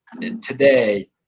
today